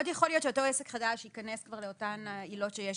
מאוד יכול להיות שאותו עסק חדש ייכנס כבר לאותן עילות שיש